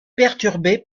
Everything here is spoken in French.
perturbée